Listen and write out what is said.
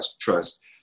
trust